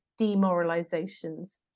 demoralizations